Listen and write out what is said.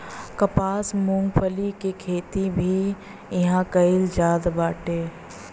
कपास, मूंगफली के खेती भी इहां कईल जात बाटे